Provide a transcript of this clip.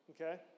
Okay